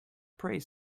prays